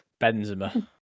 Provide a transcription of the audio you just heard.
Benzema